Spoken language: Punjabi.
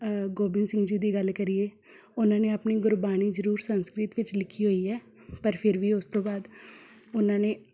ਗੋਬਿੰਦ ਸਿੰਘ ਜੀ ਦੀ ਗੱਲ ਕਰੀਏ ਉਹਨਾਂ ਨੇ ਆਪਣੀ ਗੁਰਬਾਣੀ ਜ਼ਰੂਰ ਸੰਸਕ੍ਰਿਤ ਵਿੱਚ ਲਿਖੀ ਹੋਈ ਹੈ ਪਰ ਫਿਰ ਵੀ ਉਸ ਤੋਂ ਬਾਅਦ ਉਹਨਾਂ ਨੇ